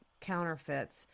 counterfeits